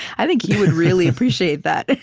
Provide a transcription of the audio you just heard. i think he would really appreciate that,